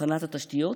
בהכנת התשתיות.